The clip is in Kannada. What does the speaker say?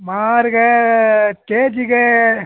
ಮಾರಿಗೇ ಕೆ ಜಿಗೆ